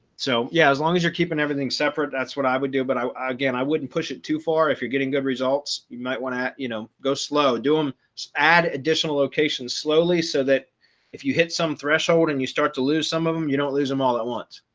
so yeah, as long as you're keeping everything separate, that's what i would do. but i again, i wouldn't push it too far. if you're getting good results. you might want to you know, go slow doing add additional locations slowly so that if you hit some threshold and you start to lose some of them, you don't lose them all at once.